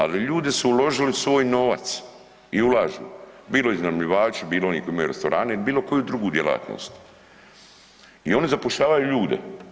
Ali ljudi su uložili svoj novac i ulažu, bilo iznajmljivači, bilo oni koji imaju restorane ili bilo koju drugu djelatnost i oni zapošljavaju ljude.